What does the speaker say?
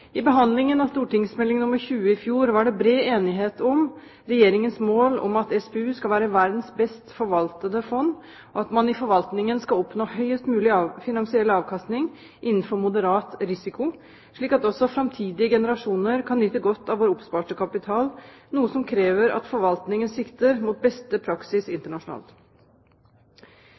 I behandlingen av St.meld. nr. 20 for 2008–2009 i fjor var det bred enighet om Regjeringens mål om at SPU skal være verdens best forvaltede fond, og at man i forvaltningen skal oppnå høyest mulig finansiell avkastning innenfor moderat risiko, slik at også framtidige generasjoner kan nyte godt av vår oppsparte kapital, noe som krever at forvaltningen sikter mot beste praksis internasjonalt.